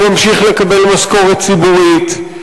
הוא ממשיך לקבל משכורת ציבורית,